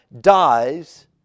dies